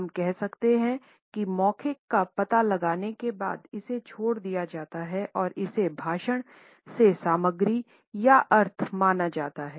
हम कह सकते हैं कि मौखिक का पता लगाने के बाद इसे छोड़ दिया जाता है और इसे भाषण से सामग्री या अर्थ माना जाता है